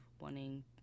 wanting